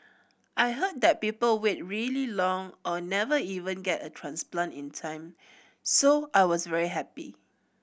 I heard that people wait really long or never even get a transplant in time so I was very happy